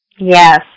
Yes